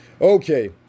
Okay